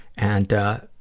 and